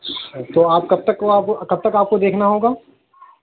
تو آپ کب تک کو آپ کب تک آپ کو دیکھنا ہوگا